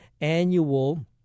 annual